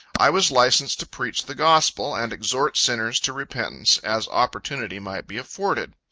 i was licensed to preach the gospel, and exhort sinners to repentance, as opportunity might be afforded.